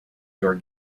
your